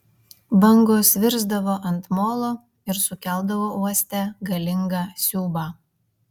bangos virsdavo ant molo ir sukeldavo uoste galingą siūbą